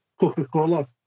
Coca-Cola